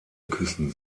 küssen